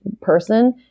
person